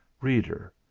Reader